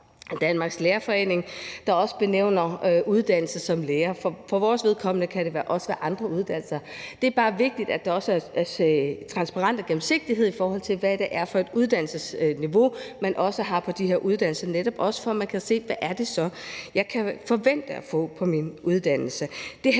Danmarks Lærerforening, der nævner uddannelse som lærer. For vores vedkommende kan det også være andre uddannelser. Det er bare vigtigt, at der også er transparens og gennemsigtighed, i forhold til hvad det er for et uddannelsesniveau, der er på de her uddannelser – netop for at man kan se, hvad det er, man kan forvente at få på sin uddannelse.